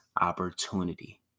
opportunity